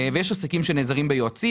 ויש עסקים שנעזרים ביועצים,